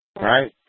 Right